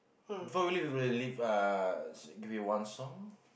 before we leave before we leave ah s~ give me one song